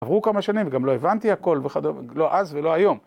עברו כמה שנים, גם לא הבנתי הכל וכדאי, לא אז ולא היום.